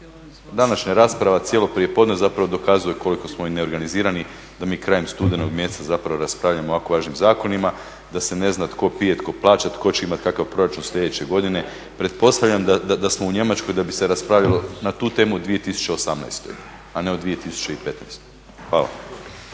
Današnja rasprava cijelo prijepodne zapravo dokazuje koliko smo neorganizirani, da mi krajem studenog mjeseca zapravo raspravljamo o ovako važnim zakonima, da se ne zna tko pije, tko plaća, tko će imati kakav proračun sljedeće godine, pretpostavljam da smo u Njemačkoj da bi se raspravljalo na tu temu u 2018., a ne u 2015. Hvala.